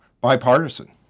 bipartisan